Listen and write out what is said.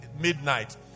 midnight